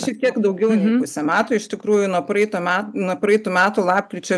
šiek tiek daugiau nei pusę metų iš tikrųjų nuo praeitų me nuo praeitų metų lapkričio